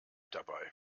dabei